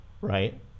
Right